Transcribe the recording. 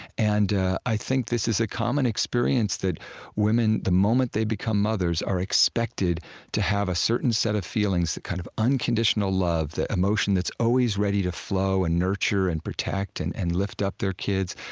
and i think this is a common experience, that women, the moment they become mothers, are expected to have a certain set of feelings the kind of unconditional love, the emotion that's always ready to flow and nurture and protect and and lift up their kids.